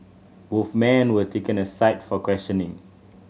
both men were taken aside for questioning